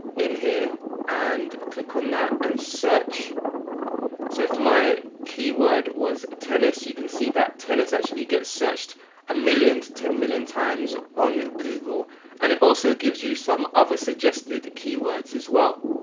in here and click on that and search so if my keyword was tennis you can see that tennis actually gets searched a million to ten million times on google and it also gives you some other suggested keywords as well.